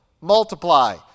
multiply